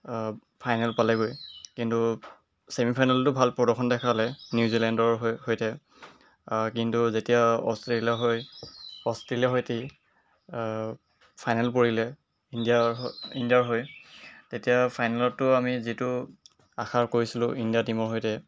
final পালেগৈ কিন্তু semi ফাইনেলটো ভাল প্ৰদৰ্শন দেখালে নিউজিলেণ্ডৰ সৈতে কিন্তু যেতিয়া অষ্ট্ৰেলিয়া হৈ অষ্ট্ৰেলিয়া সৈতেই ফাইনেল পৰিলে ইণ্ডিয়াৰ ইণ্ডিয়াৰ হৈ তেতিয়া ফাইনেলতো আমি যিটো আশা কৰিছিলোঁ ইণ্ডিয়া টিমৰ সৈতে